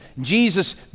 Jesus